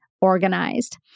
organized